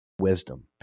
wisdom